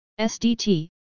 SDT